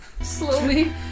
Slowly